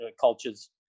cultures